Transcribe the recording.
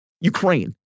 Ukraine